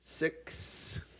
Six